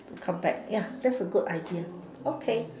come back ya that's a good idea okay